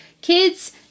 kids